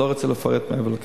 ואני לא רוצה לפרט מעבר לכך.